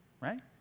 right